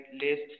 List